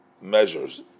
measures